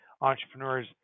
entrepreneurs